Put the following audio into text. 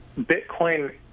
Bitcoin